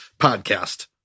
podcast